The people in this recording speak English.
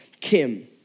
Kim